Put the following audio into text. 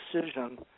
decision